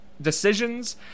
decisions